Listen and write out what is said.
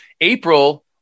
April